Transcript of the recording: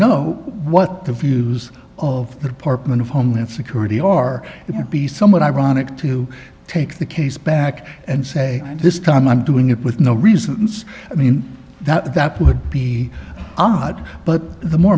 know what the views of the department of homeland security are it would be somewhat ironic to take the case back and say this time i'm doing it with no reasons i mean that that would be odd but the more